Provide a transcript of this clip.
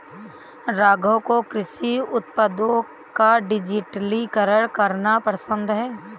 राघव को कृषि उत्पादों का डिजिटलीकरण करना पसंद है